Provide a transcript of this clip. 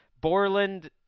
Borland